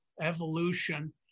evolution